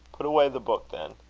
put away the book, then.